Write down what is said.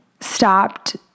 stopped